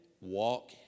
walk